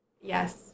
Yes